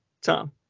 Tom